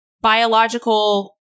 biological